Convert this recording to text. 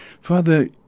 father